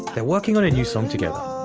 they're working on a new song together.